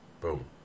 Boom